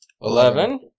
Eleven